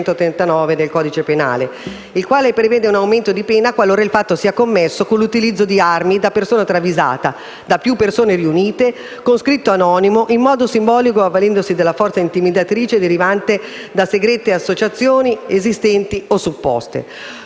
il quale prevede un aumento di pena qualora il fatto sia commesso con l'utilizzo di armi, da persona travisata, da più persone riunite, con scritto anonimo, in modo simbolico o avvalendosi della forza intimidatrice derivante da segrete associazioni esistenti o supposte.